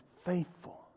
faithful